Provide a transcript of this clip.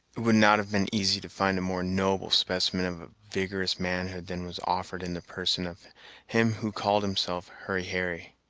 would not have been easy to find a more noble specimen of vigorous manhood than was offered in the person of him who called himself hurry harry.